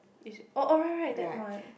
is it oh oh right right that one